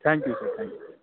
thank you sir thank you